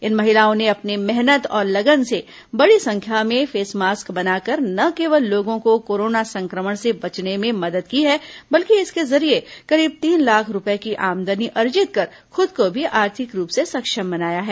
इन महिलाओं ने अपने मेहनत और लगन से बड़ी संख्या में फेस मास्क बनाकर न केवल लोगों को कोरोना संक्रमण से बचने में मदद की है बल्कि इसके जरिये करीब तीन लाख रूपये की आमदनी अर्जित कर खुद को भी आर्थिक रूप से सक्षम बनाया है